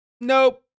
Nope